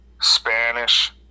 Spanish